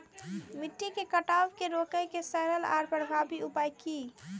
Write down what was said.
मिट्टी के कटाव के रोके के सरल आर प्रभावी उपाय की?